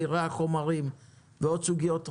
מחירי החומרים ועוד סוגיות רבות,